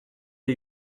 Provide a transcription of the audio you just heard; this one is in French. ait